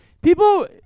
People